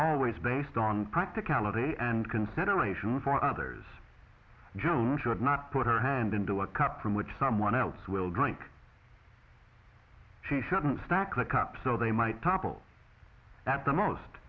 always based on practicality and consideration for others joan should not put her hand into a cup from which someone else will drink she shouldn't stack the cup so they might topple at the most